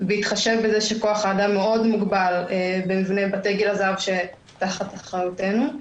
בהתחשב בזה שכוח האדם מוגבל מאוד במבני בתי גיל הזהב שתחת אחריותנו.